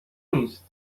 نیست